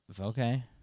Okay